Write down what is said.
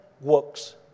works